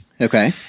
Okay